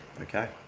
Okay